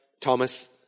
Thomas